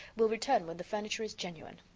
will return when the furniture is genuine.